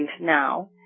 now